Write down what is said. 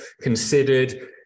considered